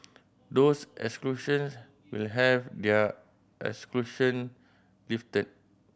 those exclusion will have their exclusion lifted